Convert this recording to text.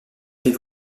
del